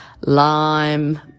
Lime